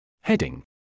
Heading